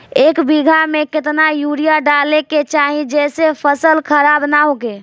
एक बीघा में केतना यूरिया डाले के चाहि जेसे फसल खराब ना होख?